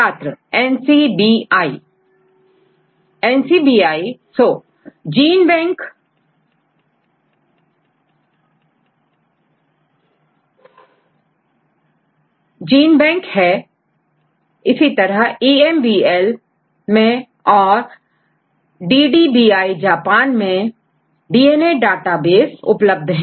छात्र NCBI NCBIजीन bank तुम सही होEMBL मैं और जापान DDBJ मैं डीएनए डाटाबेस उपलब्ध है